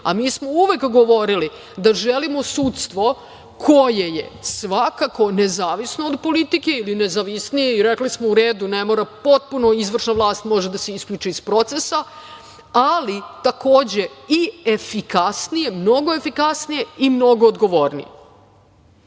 A mi smo uvek govorili da želimo sudstvo koje je svakako nezavisno od politike ili nezavisnije, i rekli smo u redu, ne mora potpuno izvršna vlast, može da se isključi iz procesa, ali takođe i efikasnije, mnogo efikasnije i mnogo odgovornije.